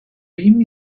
rim